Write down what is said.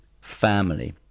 family